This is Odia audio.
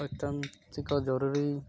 ଅତ୍ୟନ୍ତ ଜରୁରୀ